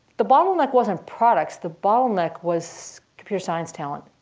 the bottleneck wasn't products. the bottleneck was computer science talent.